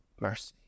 mercy